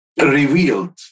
revealed